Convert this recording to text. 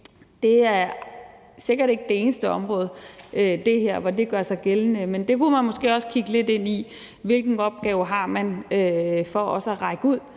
Det er sikkert ikke det eneste område, hvor det her gør sig gældende, men det kunne man måske også kigge lidt ind i, altså hvilken opgave man har med at række ud